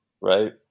Right